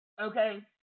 Okay